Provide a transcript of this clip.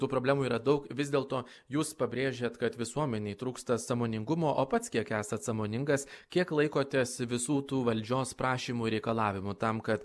tų problemų yra daug vis dėlto jūs pabrėžiat kad visuomenei trūksta sąmoningumo o pats kiek esat sąmoningas kiek laikotės visų tų valdžios prašymų reikalavimų tam kad